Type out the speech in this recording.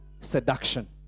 seduction